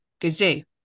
Gazoo